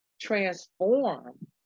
Transform